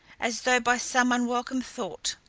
as though by some unwelcome thought.